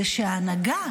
היא שהנהגה,